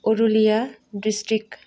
उरुलिया district